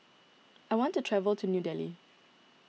I want to travel to New Delhi